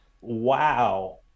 wow